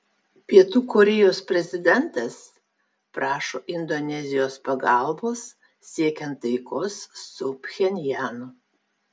pietų korėjos prezidentas prašo indonezijos pagalbos siekiant taikos su pchenjanu